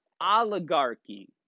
oligarchy